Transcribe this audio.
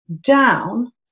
down